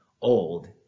old